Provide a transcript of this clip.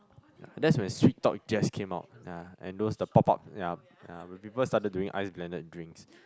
that's when sweet-talk just came out ah and those the pop up yea ah when people started doing ice blended drinks